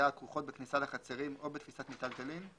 הכרוכות בכניסה לחצרים או בתפיסת מיטלטלין,